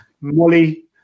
Molly